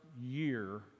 year